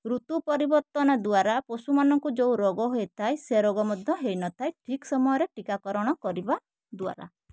ଋତୁ ପରିବର୍ତ୍ତନ ଦ୍ଵାରା ପଶୁ ମାନଙ୍କୁ ଯେଉଁ ରୋଗ ହେଇଥାଏ ସେ ରୋଗ ମଧ୍ୟ ହେଇନଥାଏ ଠିକ୍ ସମୟରେ ଟିକାକରଣ କରିବା ଦ୍ଵାରା